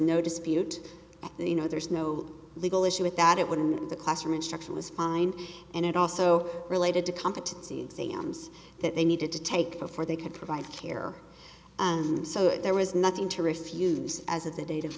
no dispute that you know there's no legal issue with that it wouldn't be the classroom instruction was fine and it also related to competency exams that they needed to take before they could provide care so there was nothing to refuse as of the date of